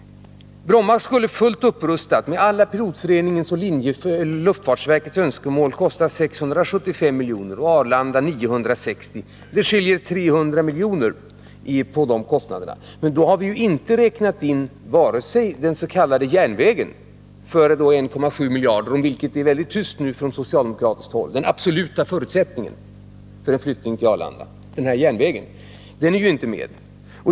Bromma skulle fullt upprustat, med alla Pilotföreningens och luftfartsverkets önskemål uppfyllda, kosta 675 miljoner och Arlanda 960. Skillnaden är 300 miljoner, men då har man inte räknat in den s.k. järnvägen — den absoluta förutsättningen för en flyttning till Arlanda — för 1,7 miljarder, om vilken det nu är väldigt tyst från socialdemokratiskt håll.